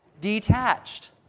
Detached